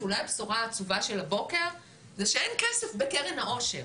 אולי הבשורה העצובה של הבוקר זה שאין כסף בקרן העושר.